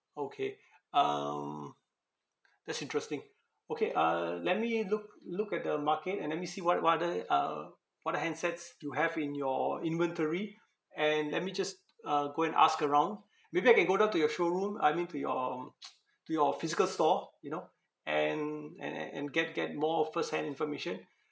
okay um that's interesting okay uh let me look look at the market and let me see what what other uh what are the handsets you have in your inventory and let me just uh go and ask around maybe I can go down to your show room I mean to your um to your physical store you know and and and and get get more of first hand information